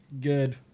good